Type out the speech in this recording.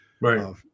Right